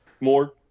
more